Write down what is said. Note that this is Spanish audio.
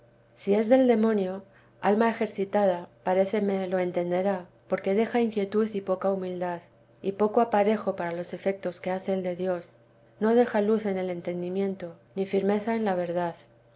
si es del demonio alma ejercitada paréceme lo entenderá porque deja inquietud y poca humildad y poco aparejo para los efectos que hace el de dios no deja luz en el entendimiento ni firmeza en la verdad